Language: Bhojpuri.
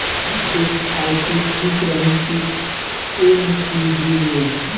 एस.आई.पी ठीक रही कि एन.सी.डी निवेश?